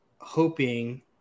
hoping